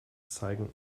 zeigen